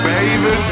Baby